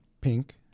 Pink